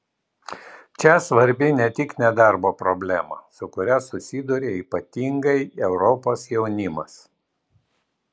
čia svarbi ne tik nedarbo problema su kuria susiduria ypatingai europos jaunimas